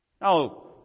Now